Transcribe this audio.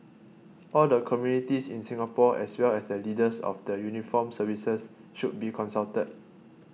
all the communities in Singapore as well as the leaders of the uniformed services should be consulted